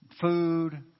food